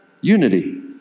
unity